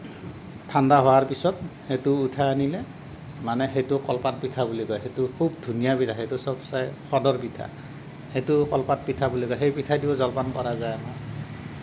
ঠাণ্ডা হোৱাৰ পিছত সেইটো উঠাই আনিলে মানে সেইটো কলপাত পিঠা বুলি কয় সেইটো খুব ধুনীয়া পিঠা সেইটো চবছে সদৰ পিঠা সেইটো কলপাত পিঠা বুলি কয় সেই পিঠায়েদিও জলপান কৰা যায়